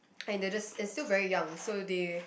and they're just and still very young so they